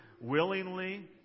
willingly